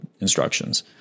instructions